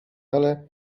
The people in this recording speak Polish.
ale